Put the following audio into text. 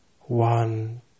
One